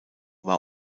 war